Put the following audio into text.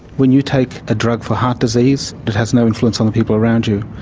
when you take a drug for heart disease, it has no influence on the people around you.